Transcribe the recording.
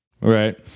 right